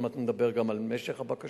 עוד מעט נדבר גם על משך הטיפול בבקשה.